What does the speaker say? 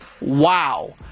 wow